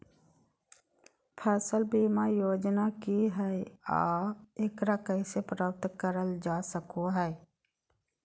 फसल बीमा योजना की हय आ एकरा कैसे प्राप्त करल जा सकों हय?